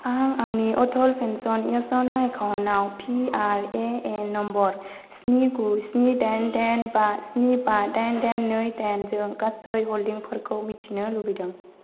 आं आंनि अटल पेन्सन यजना एकाउन्टआव पिआरएएन नम्बर स्नि गु स्नि दाइन दाइन बा स्नि बा दाइन दाइन नै दाइन जों गासै हल्डिंफोरखौ मिथिनो लुबैदों